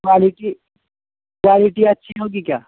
quality quality اچھی ہوگی کیا